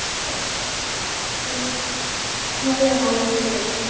but just know that i am always here